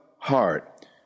Heart